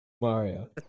Mario